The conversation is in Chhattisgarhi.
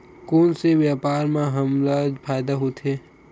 कोन से व्यापार म हमला फ़ायदा होथे?